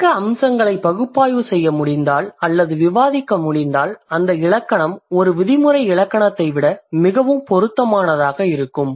விளக்க அம்சங்களை பகுப்பாய்வு செய்ய முடிந்தால் அல்லது விவாதிக்க முடிந்தால் அந்த இலக்கணம் ஒரு விதிமுறை இலக்கணத்தை விட மிகவும் பொருத்தமானதாக இருக்கும்